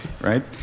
Right